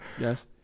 Yes